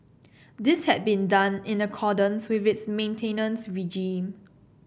this had been done in accordance with its maintenance regime